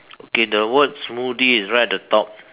okay the word smoothie is right at the top